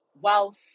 wealth